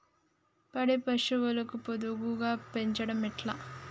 పాడి పశువుల పొదుగు పెంచడం ఎట్లా?